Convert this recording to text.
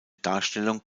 darstellung